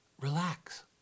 relax